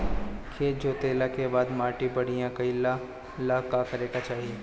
खेत जोतला के बाद माटी बढ़िया कइला ला का करे के चाही?